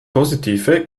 positive